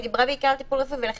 היא דיברה בעיקר על טיפול רפואי ולכן